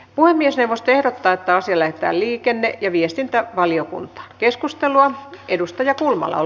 puhemiesneuvosto ehdottaa että asia lähetetään liikenne ja viestintävaliokuntaan